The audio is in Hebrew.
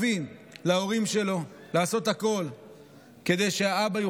22. הוא הגיע לבד ממונפלייה שבצרפת,